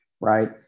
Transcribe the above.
Right